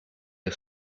est